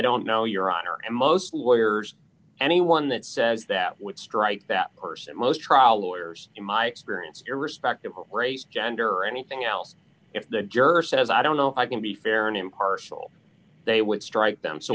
don't know your honor and most lawyers anyone that says that would strike that person most trial lawyers in my experience irrespective of race gender or anything else if the jerk says i don't know i can be fair and impartial they would strike them so